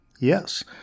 Yes